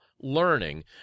learning